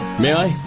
may i?